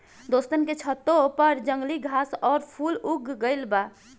दोस्तन के छतों पर जंगली घास आउर फूल उग गइल बा